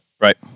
right